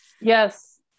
Yes